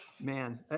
Man